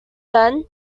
then